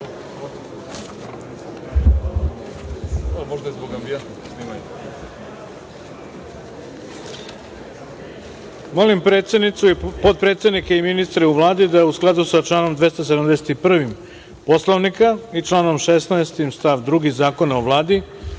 potpredsednike i ministre u Vladi da u skladu sa članom 271. Poslovnika i članom 16. stav 2. Zakona o Vladi